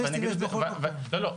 --- לא, לא.